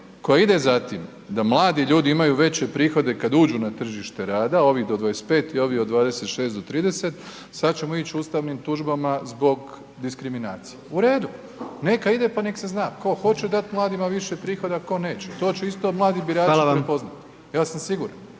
koja ide za tim da mladi ljudi imaju veće prihode kad uđu na tržište rada ovi do 25 i ovi od 26 do 30, sad ćemo ići ustavnim tužbama zbog diskriminacije. U redu, neka ide pa nek se zna, tko hoće dati mladima više prihoda tko neće to će isto mladi birači …/Upadica: